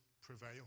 prevail